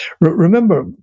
Remember